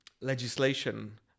legislation